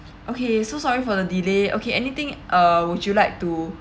okay so sorry for the delay okay anything uh would you like to